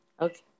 okay